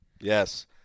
yes